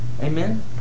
Amen